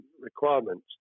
requirements